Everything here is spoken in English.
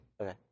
Okay